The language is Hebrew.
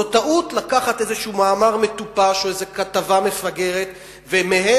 זו טעות לקחת איזה מאמר מטופש או איזה כתבה מפגרת ומהם